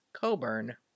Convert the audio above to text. Coburn